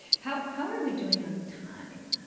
how how are we doing on time?